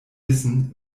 wissen